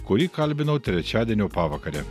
kurį kalbinau trečiadienio pavakarę